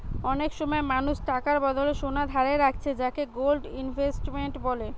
অনেক সময় মানুষ টাকার বদলে সোনা ধারে রাখছে যাকে গোল্ড ইনভেস্টমেন্ট বলে